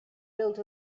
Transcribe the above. built